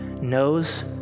knows